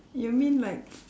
you mean like